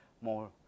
more